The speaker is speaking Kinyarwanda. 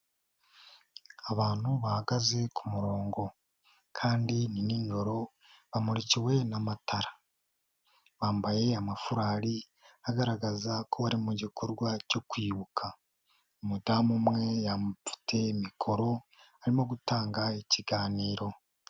Abantu bahagaze ku murongo kandi ni nijoro bamurikiwe n'amatara, bambaye amafarari agaragaza ko bari mu gikorwa cyo kwibuka, umudamu umwe afite mikoro arimo gutanga ikiganiro.